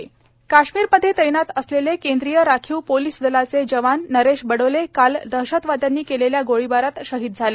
शहीद काश्मीर मध्ये तैनात असलेले केंद्रीय राखीव पोलीस दलाचे जवान नरेश बडोले काल दहशतवाद्यांनी केलेल्या गोळीबारात शाहिद झाले